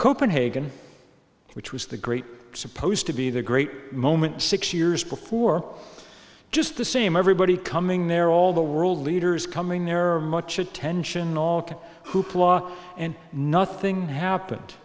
copenhagen which was the great supposed to be the great moment six years before just the same everybody coming there all the world leaders coming there are much attention all hoopla and nothing happened